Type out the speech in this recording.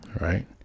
Right